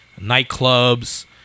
nightclubs